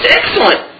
excellent